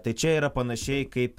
tai čia yra panašiai kaip